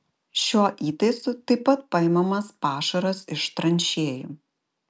šiuo įtaisu taip pat paimamas pašaras iš tranšėjų